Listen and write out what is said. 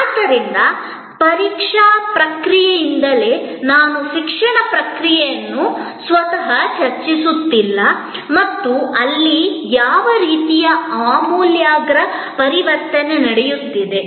ಆದ್ದರಿಂದ ಪರೀಕ್ಷಾ ಪ್ರಕ್ರಿಯೆಯಿಂದಲೇ ನಾನು ಶಿಕ್ಷಣ ಪ್ರಕ್ರಿಯೆಯನ್ನು ಸ್ವತಃ ಚರ್ಚಿಸುತ್ತಿಲ್ಲ ಮತ್ತು ಅಲ್ಲಿ ಯಾವ ರೀತಿಯ ಆಮೂಲಾಗ್ರ ಪರಿವರ್ತನೆ ನಡೆಯುತ್ತಿದೆ